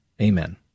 Amen